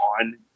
on